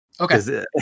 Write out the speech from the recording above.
Okay